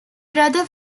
brother